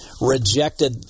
rejected